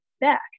back